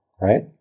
Right